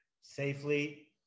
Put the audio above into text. safely